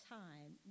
time